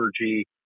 energy